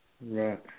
Right